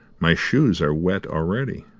my shoes are wet already.